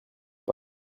pas